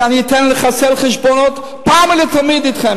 כי אני אתן לחסל חשבונות פעם ולתמיד אתכם.